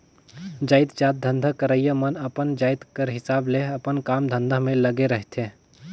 जाएतजात धंधा करइया मन अपन जाएत कर हिसाब ले अपन काम धंधा में लगे रहथें